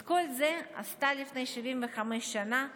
את כל זה עשתה לפני 75 שנה מנהיגות,